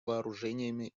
вооружениями